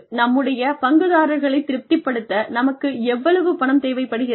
நம்முடைய பங்குதாரர்களைத் திருப்திப்படுத்த நமக்கு எவ்வளவு பணம் தேவைப்படுகிறது